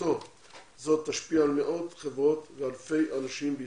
החלטתו זו תשפיע על מאות חברות ואלפי אנשים בישראל.